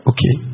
Okay